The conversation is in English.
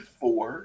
four